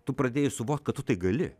tu pradėjai suvokt kad tu tai gali